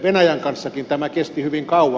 venäjän kanssakin tämä kesti hyvin kauan